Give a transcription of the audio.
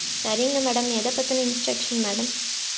சரிங்க மேடம் எதை பற்றின இன்ஸ்ட்ரக்ஷன் மேடம்